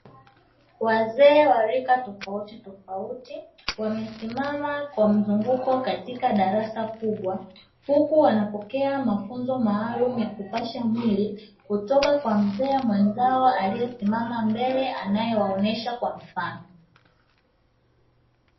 Wazee wa rika tofautitofauti wamesimama kwa mzunguko katika darasa kubwa, huku wanapokea mafunzo maalumu ya kupasha mwili kutoka kwa mzee mwenzao aliyesimama mbele anayewaonyesha kwa mfano.